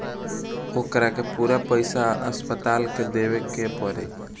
ओकरा के पूरा पईसा अस्पताल के देवे के पड़ी